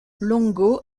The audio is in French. longo